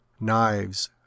knives